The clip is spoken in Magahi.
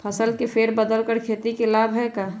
फसल के फेर बदल कर खेती के लाभ है का?